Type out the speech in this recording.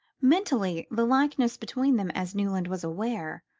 mentally, the likeness between them, as newland was aware,